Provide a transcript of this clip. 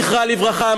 זכרה לברכה,